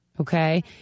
okay